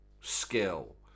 skill